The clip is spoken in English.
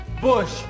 Bush